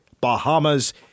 Bahamas